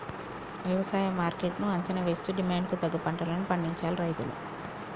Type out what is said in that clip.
వ్యవసాయ మార్కెట్ ను అంచనా వేస్తూ డిమాండ్ కు తగ్గ పంటలను పండించాలి రైతులు